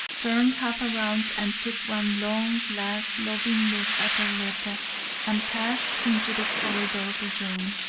turned half around and took one long, last, loving look at arletta and passed into the corridor beyond.